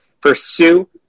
pursue